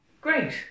Great